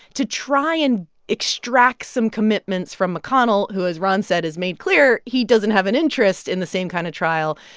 to try and extract some commitments from mcconnell, who, as ron said, has made clear he doesn't have an interest in the same kind of trial,